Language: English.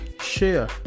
share